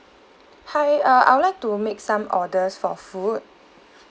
hi uh I would like to make some orders for food